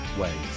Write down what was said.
ways